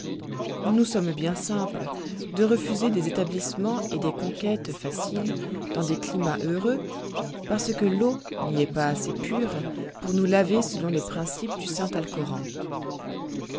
nous sommes bien simples de refuser des établissements et des conquêtes faciles dans des climats heureux parce que l'eau n'y est pas assez pure pour nous laver selon les principes du saint alcoran